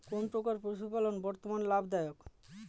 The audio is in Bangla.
কোন প্রকার পশুপালন বর্তমান লাভ দায়ক?